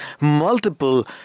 multiple